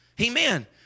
Amen